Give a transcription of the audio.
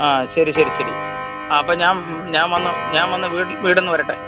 ആ ശരി ശരി ശരി ആ അപ്പോള് ഞാൻ വന്ന് വീട്ടിലൊന്ന് വരട്ടെ